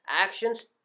Actions